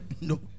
no